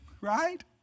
Right